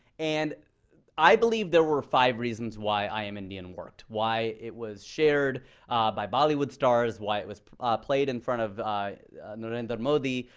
and i believe there were five reasons why i am indian worked, why it was shared by bollywood stars, why it was played in front of narendra modi,